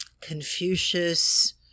Confucius